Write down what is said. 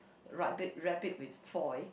wrap it wrap it with foil